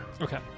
Okay